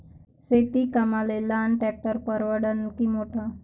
शेती कामाले लहान ट्रॅक्टर परवडीनं की मोठं?